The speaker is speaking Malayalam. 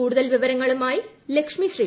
കൂടുതൽ വിവരങ്ങളുമായി ലക്ഷ്മി ശ്രീ